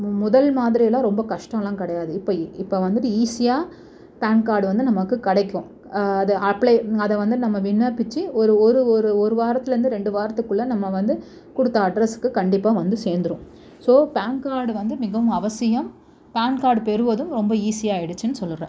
முதல் மாதிரியெல்லாம் ரொம்ப கஷ்டமெல்லாம் கிடையாது இப்போ இப்போ வந்துட்டு ஈஸியாக பேன் கார்டு வந்து நமக்கு கிடைக்கும் அதை அப்ளை அதை வந்து நம்ம விண்ணப்பித்து ஒரு ஒரு ஒரு ஒரு வாரத்திலேருந்து ரெண்டு வாரத்துக்குள்ளே நம்ம வந்து கொடுத்த அட்ரெஸ்ஸுக்கு கண்டிப்பாக வந்து சேர்ந்துரும் ஸோ பேன் கார்டு வந்து மிகவும் அவசியம் பேன் கார்டு பெறுவதும் ரொம்ப ஈஸியாகிடுச்சின்னு சொல்கிறேன்